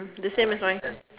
the same as mine